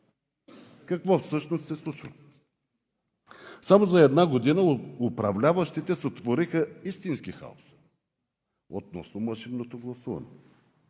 Какво всъщност се случва? Само за една година управляващите сътвориха истински хаос относно машинното гласуване.